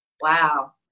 wow